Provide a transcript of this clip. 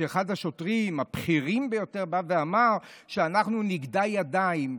שאחד השוטרים הבכירים ביותר בא ואמר: אנחנו נגדע ידיים.